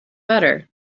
better